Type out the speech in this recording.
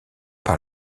par